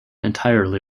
entirely